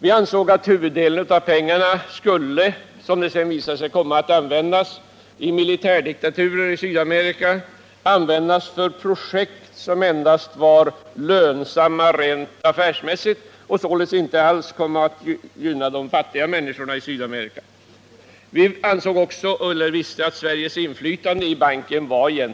Vi trodde att huvuddelen av pengarna — vilka, som det senare visade sig, kom att användas i militärdiktaturer i Sydamerika — skulle komma att användas för projekt som endast var lönsamma rent affärsmässigt och således inte alls skulle gynna de fattiga människorna i Sydamerika. Vi visste att Sveriges inflytande i banken var